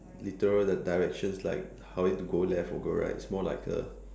literal the directions like how you need to go left or go right it's more like a